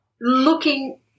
looking